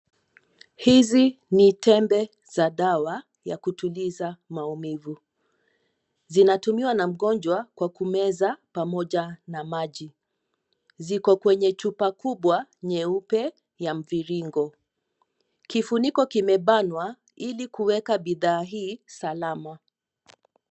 Hizi ni tembe za dawa ya kutuliza maumivu. Zinatumiwa na mgonjwa kwa kumeza pamoja na maji. Ziko kwenye chupa kubwa nyeupe ya mviringo. Kifuniko kimebanwa ili kuweka bidhaa hii salama.